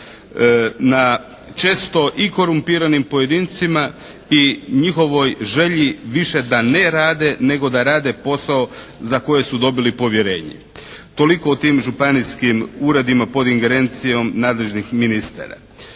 na često i korumpiranim pojedincima i njihovoj želji više da ne rade, nego da rade posao za koje su dobili povjerenje. Toliko o tim županijskim uredima pod ingerencijom nadležnih ministara.